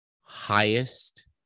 highest